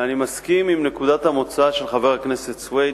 אני מסכים עם נקודת המוצא של חבר הכנסת סוייד,